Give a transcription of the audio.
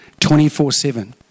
24-7